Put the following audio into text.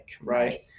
right